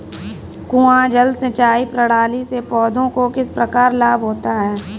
कुआँ जल सिंचाई प्रणाली से पौधों को किस प्रकार लाभ होता है?